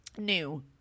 new